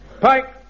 Pike